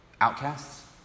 outcasts